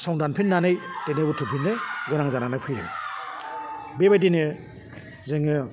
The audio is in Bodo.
संदानफिन्नानै दोनै बुथुमफिन्नो गोनां जानानै फैदों बेबायदिनो जोङो